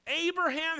Abraham